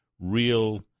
real